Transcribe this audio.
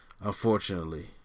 unfortunately